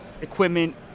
equipment